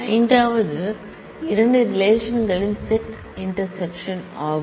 ஐந்தாவது 2 ரிலேஷன்களின் set intersection ᴖ ஆகும்